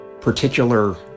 particular